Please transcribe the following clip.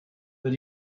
but